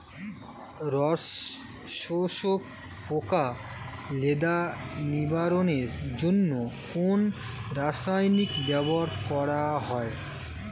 রস শোষক পোকা লেদা নিবারণের জন্য কোন রাসায়নিক ব্যবহার করা হয়?